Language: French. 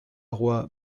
roi